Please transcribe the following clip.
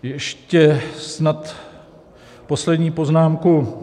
Ještě snad poslední poznámku.